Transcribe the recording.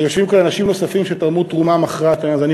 יושבים כאן אנשים נוספים שתרמו תרומה מכרעת לעניין הזה,